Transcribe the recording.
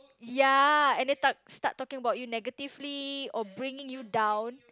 ya and then tar~ start talking about you negatively or bringing you down